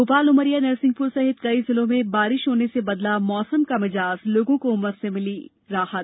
भोपाल उमरिया नरसिंहपुर सहित कई जिलों में बारिश से बदला मौसम का मिजाज लोगों को उमस से मिली राहत